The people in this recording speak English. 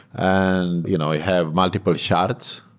and you know have multiple shards.